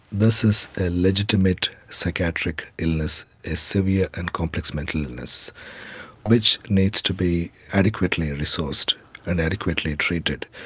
this is a legitimate psychiatric illness, a severe and complex mental illness which needs to be adequately resourced and adequately treated.